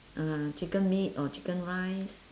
mm chicken meat or chicken rice